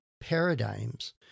paradigms